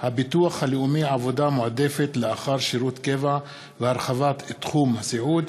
הביטוח הלאומי (עבודה מועדפת לאחר שירות קבע והרחבת תחום הסיעוד),